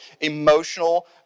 emotional